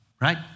right